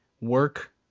work